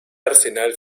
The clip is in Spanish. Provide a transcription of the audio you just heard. arsenal